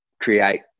create